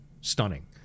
stunning